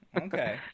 Okay